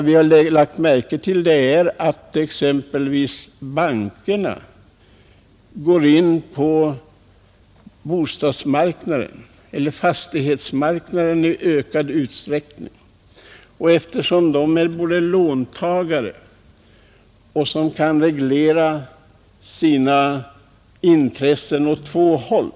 Vi har lagt märke till att bankerna går in på fastighetsmarknaden i ökad utsträckning. Genom att de är långivare kan de reglera sina intressen åt två håll.